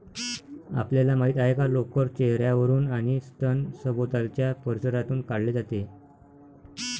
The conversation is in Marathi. आपल्याला माहित आहे का लोकर चेहर्यावरून आणि स्तन सभोवतालच्या परिसरातून काढले जाते